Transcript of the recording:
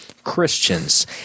Christians